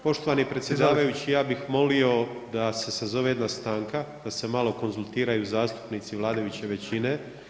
Poštovani predsjedavajući ja bih molio da se sazove jedna stanka da se malo konzultiraju zastupnici vladajuće većine.